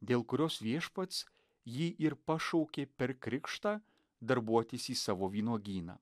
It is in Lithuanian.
dėl kurios viešpats jį ir pašaukė per krikštą darbuotis į savo vynuogyną